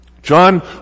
John